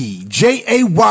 J-A-Y